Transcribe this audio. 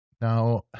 now